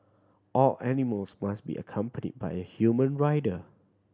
all animals must be accompanied by a human rider